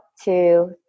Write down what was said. two